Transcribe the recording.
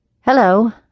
Hello